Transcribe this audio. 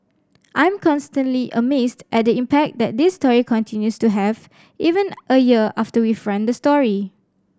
I'm constantly amazed at the impact that this story continues to have even a year after we've run the story